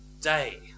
day